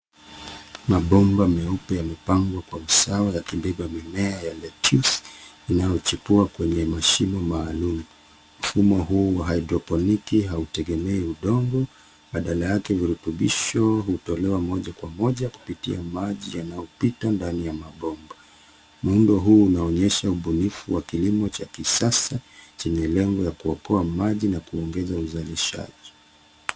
Mabomba meupe yamepangwa kwa usawa yakibeba mimea ya lettuce inayochipua kwenye mashimo maalum. Mfumo huu wa haidroponiki hautegemei udongo badala yake virutubisho hutolewa moja kwa moja kupitia maji yanayopita ndani ya mabomba. Muundo huu unaonyesha ubunifu wa kilimo cha kisasa chenye lengo ya kuokoa maji na kuongeza uzalishaji.